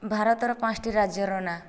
ଭାରତର ପାଞ୍ଚଟି ରାଜ୍ୟର ନା